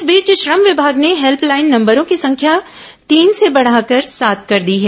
इस बीच श्रम विभाग ने हेल्पलाइन नंबरों की संख्या तीन से बढ़ाकर सात कर दी है